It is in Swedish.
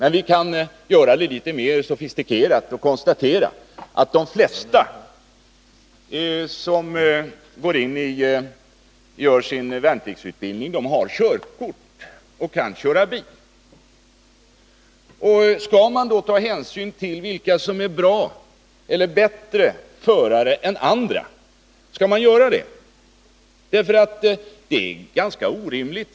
Men vi kan göra det litet mer sofistikerat genom att konstatera att de flesta som gör sin värnpliktsutbildning har körkort och kan köra bil. Skulle man då ta hänsyn till vilka som är bra förare eller bättre förare än andra? Det vore orimligt.